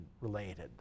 related